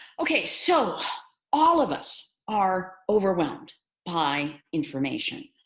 okay. so all of us are overwhelmed by information.